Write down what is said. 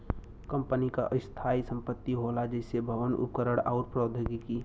company क स्थायी संपत्ति होला जइसे भवन, उपकरण आउर प्रौद्योगिकी